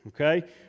okay